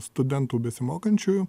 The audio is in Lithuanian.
studentų besimokančiųjų